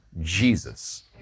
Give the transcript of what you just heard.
Jesus